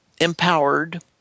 empowered